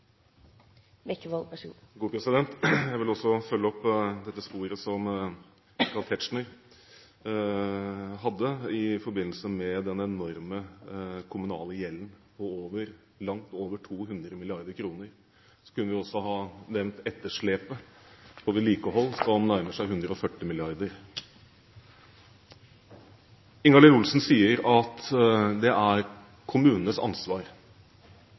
Jeg vil også følge opp dette sporet som Michael Tetzschner var inne på om den enorme kommunale gjelden på langt over 200 mrd. kr. Vi kunne også nevnt etterslepet på vedlikehold, som nærmer seg 140 mrd. kr. Ingalill Olsen sier at dette er kommunenes ansvar,